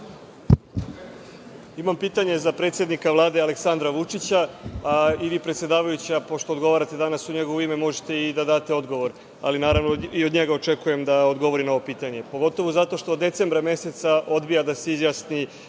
Imam pitanje za predsednika Vlade Aleksandra Vučića, i vi predsedavajuća, pošto odgovarate danas u njegovo ime, možete i da date odgovor, ali naravno, i od njega očekujem da odgovori na ovo pitanje, pogotovo zato što od decembra meseca odbija da se izjasni